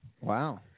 Wow